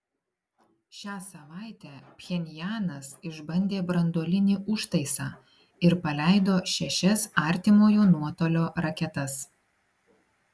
šią savaitę pchenjanas išbandė branduolinį užtaisą ir paleido šešias artimojo nuotolio raketas